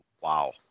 wow